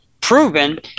proven